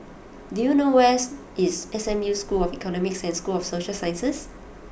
Do you know where is S M U School of Economics and School of Social Sciences